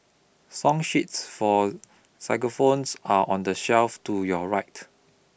song sheets for xylophones are on the shelf to your right